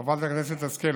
חברת הכנסת השכל,